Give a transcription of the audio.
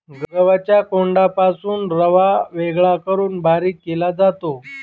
गव्हाच्या कोंडापासून रवा वेगळा करून बारीक केला जातो